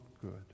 good